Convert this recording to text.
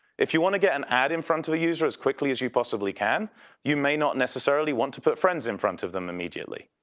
if you want to get and ad in front of users as quickly as you possibly can you may not necessarily want to put friends in front of them immediately.